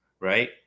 right